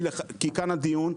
כי כאן הדיון,